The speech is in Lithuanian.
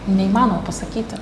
neįmanoma pasakyti